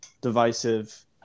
divisive